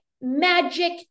magic